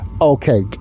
Okay